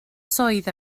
swydd